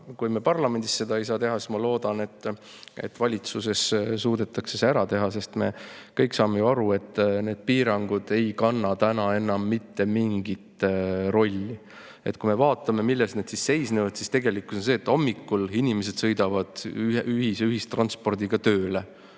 kui me parlamendis seda ei saa teha, siis ma loodan, et valitsuses suudetakse see ära teha, sest me kõik saame ju aru, et need piirangud ei kanna täna enam mitte mingit rolli. Kui me vaatame, milles need seisnevad, siis tegelikkus on see, et hommikul inimesed sõidavad ühistranspordiga tööle.